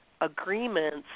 agreements